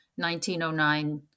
1909